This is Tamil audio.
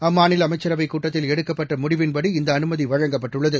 அம்மாநில அமைச்சரவைக் கூட்டத்தில் எடுக்கப்பட்ட முடவின்படி இந்த அனுமதி வழங்கப்பட்டுள்ளது